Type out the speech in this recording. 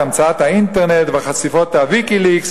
את המצאת האינטרנט וחשיפות ה"ויקיליקס",